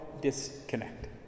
disconnect